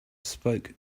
spoke